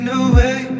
away